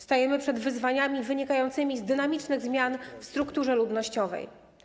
Stajemy przed wyzwaniami wynikającymi z dynamicznych zmian w strukturze ludnościowej.